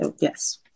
yes